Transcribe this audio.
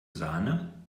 sahne